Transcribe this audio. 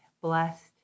blessed